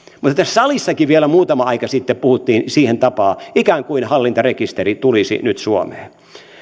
mutta tässä salissakin vielä muutama aika sitten puhuttiin siihen tapaan että ikään kuin hallintarekisteri tulisi nyt suomeen